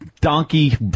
donkey